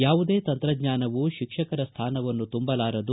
ಯಾವುದೇ ತಂತ್ರಜ್ಞಾನವೂ ಶಿಕ್ಷಕರ ಸ್ಥಾನವನ್ನು ತುಂಬಲಾರದು